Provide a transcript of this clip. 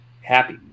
happy